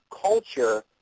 culture